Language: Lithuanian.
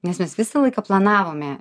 nes visą laiką planavome